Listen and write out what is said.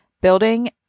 building